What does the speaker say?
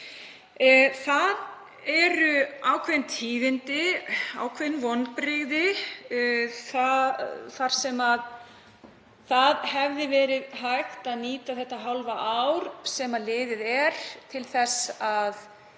Það eru ákveðin tíðindi, ákveðin vonbrigði. Það hefði verið hægt að nýta þetta hálfa ár sem liðið er til þess að